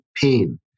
pain